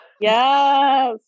Yes